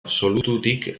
absolututik